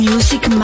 Music